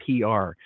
PR